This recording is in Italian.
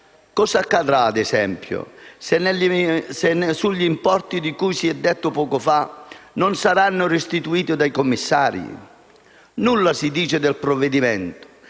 Cosa accadrà, ad esempio, se gli importi di cui si è detto poco fa non saranno restituiti dai commissari? Nulla si dice nel provvedimento.